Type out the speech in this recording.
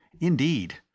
Indeed